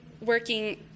working